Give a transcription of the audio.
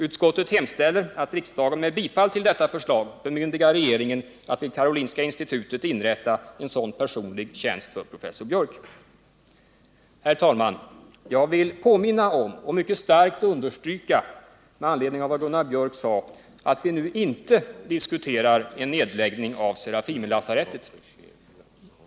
Utskottet hemställer att riksdagen med bifall till detta förslag bemyndigar regeringen att vid Karolinska institutet inrätta en sådan personlig tjänst för professor Biörck. Jag vill påminna om och mycket starkt understryka med anledning av vad Gunnar Biörck sade att vi nu inte diskuterar en nedläggning av Serafimerlasarettet.